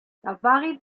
lavarit